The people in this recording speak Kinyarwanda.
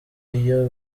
iyo